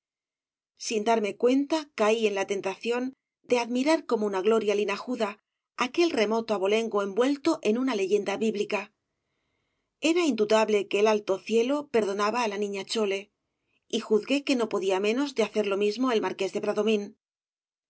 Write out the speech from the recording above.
sin darme cuenta caí en la tentación de admirar como una gloria linajuda aquel remoto abolengo envuelto en una leyenda bíblica era indudable que el alto cielo perdonaba á la niña chole y juzgué que no podía menos de hacer lo mismo el marqués de